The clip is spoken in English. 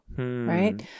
Right